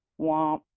Womp